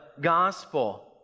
gospel